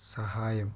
സഹായം